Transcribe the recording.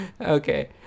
Okay